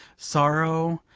sorrow,